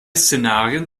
szenarien